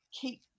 keep